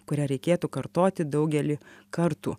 kurią reikėtų kartoti daugelį kartu